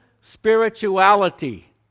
spirituality